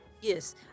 Yes